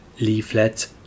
leaflet